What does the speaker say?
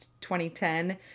2010